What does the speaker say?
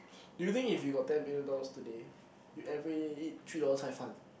do you think if you got ten million dollars today you everyday eat three dollar cai-fan